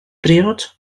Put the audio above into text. briod